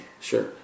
Sure